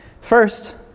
First